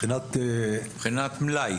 מבחינת מלאי.